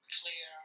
clear